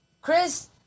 Chris